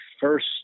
first